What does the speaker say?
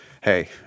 hey